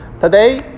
Today